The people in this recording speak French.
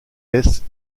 laissent